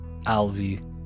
Alvi